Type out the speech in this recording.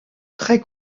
très